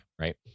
right